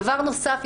דבר נוסף,